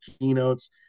keynotes